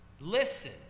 Listen